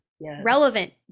Relevant